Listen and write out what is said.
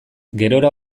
gerora